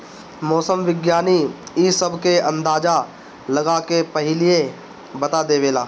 मौसम विज्ञानी इ सब के अंदाजा लगा के पहिलहिए बता देवेला